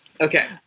Okay